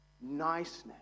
Niceness